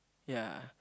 yeah